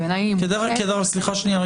ובעיניי היא מוטעית --- סליחה שנייה.